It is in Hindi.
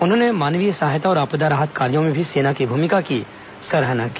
उन्होंने मानवीय सहायता और आपदा राहत कार्यों में भी सेना की भूमिका सराहना की